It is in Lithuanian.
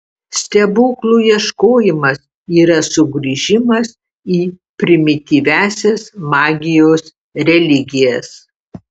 stebuklų ieškojimas yra sugrįžimas į primityviąsias magijos religijas